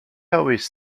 always